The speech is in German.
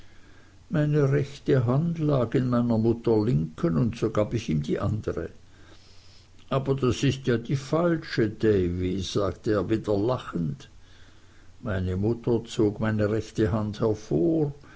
meine rechte hand lag in meiner mutter linken und so gab ich ihm die andere aber das ist ja die falsche davy sagte er wieder lachend meine mutter zog meine rechte hand hervor